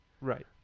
Right